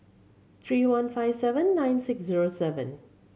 three one five seven nine six zero seven